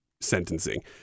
sentencing